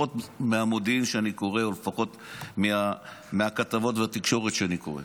לפחות מהמודיעין שאני קורא ולפחות מהכתבות בתקשורת שאני קורא.